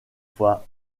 fois